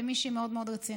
ומישהי מאוד מאוד רצינית.